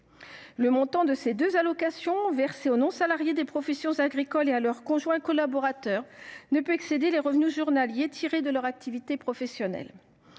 Le montant de ces deux allocations versées aux non salariés des professions agricoles et à leurs conjoints collaborateurs ne peut excéder les revenus journaliers tirés de leur activité professionnelle.